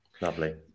Lovely